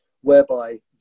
whereby